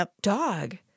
dog